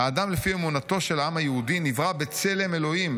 'האדם לפי אמונתו של העם היהודי נברא בצלם אלוהים,